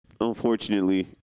unfortunately